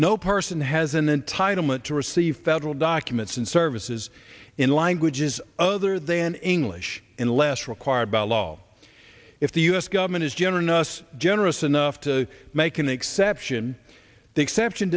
no person has an entitlement to receive federal documents and services in languages other than english unless required by law if the u s government is generous generous enough to make an exception the exception